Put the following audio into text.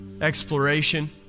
exploration